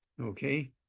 Okay